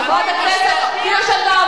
חברת הכנסת קירשנבאום,